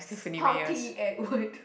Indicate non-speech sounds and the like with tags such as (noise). sparkly Edward (laughs)